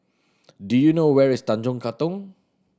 do you know where is Tanjong Katong